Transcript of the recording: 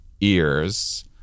ears